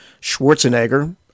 Schwarzenegger